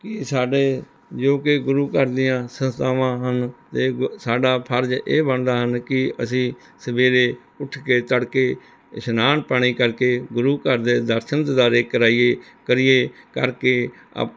ਕੀ ਸਾਡੇ ਜੋ ਕਿ ਗੁਰੂ ਘਰ ਦੀਆਂ ਸੰਸਥਾਵਾਂ ਹਨ ਅਤੇ ਸਾਡਾ ਫ਼ਰਜ਼ ਇਹ ਬਣਦਾ ਹਨ ਕਿ ਅਸੀਂ ਸਵੇਰੇ ਉੱਠ ਕੇ ਤੜਕੇ ਇਸ਼ਨਾਨ ਪਾਣੀ ਕਰਕੇ ਗੁਰੂ ਘਰ ਦੇ ਦਰਸ਼ਨ ਦਿਦਾਰੇ ਕਰਾਈਏ ਕਰੀਏ ਕਰਕੇ ਆਪ